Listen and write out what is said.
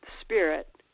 spirit